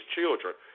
children